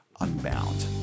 unbound